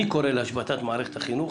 אני קורא להשבתת מערכת החינוך,